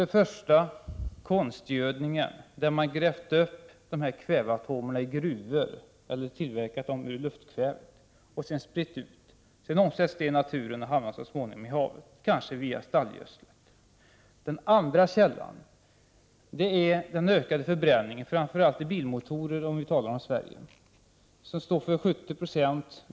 Den första källan är konstgödningen, eftersom man grävt upp kväveatomerna ur gruvor eller tillverkat dem av luftkvävet och sedan spritt ut dem. Sedan omsätts detta i naturen och hamnar så småningom i havet, kanske via stallgödsel. Den andra källan är den ökade förbränningen, framför allt i bilmotorer, om vi talar om Sverige.